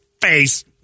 face